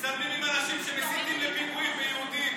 מצטלמים עם אנשים שמסיתים לפיגועים ביהודים,